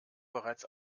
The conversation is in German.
bereits